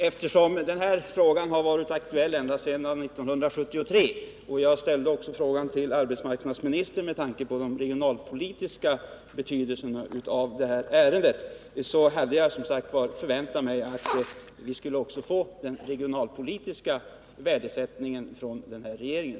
Herr talman! Det här ärendet har varit aktuellt ända sedan 1973. Jag ställde min fråga till arbetsmarknadsministern på grund av ärendets regionalpolitiska betydelse. Jag hade därför också väntat mig att få ett besked om regeringens regionalpolitiska bedömning av frågan.